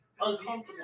uncomfortable